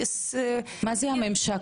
מה זה הממשק